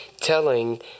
telling